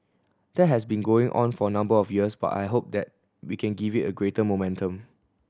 that has been going on for a number of years but I hope that we can give it a greater momentum